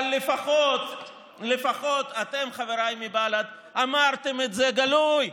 אבל לפחות אתם, חבריי מבל"ד, אמרתם את זה בגלוי.